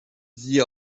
sie